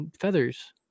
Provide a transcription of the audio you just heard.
feathers